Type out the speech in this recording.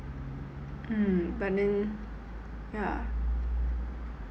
mm but then yeah